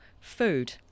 food